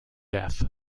death